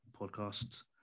podcast